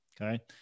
okay